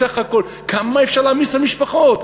בסך הכול, כמה אפשר להעמיס על משפחות?